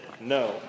no